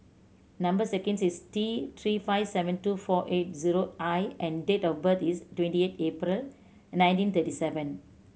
number sequence is T Three five seven two four eight zero I and date of birth is twenty eight April nineteen thirty seven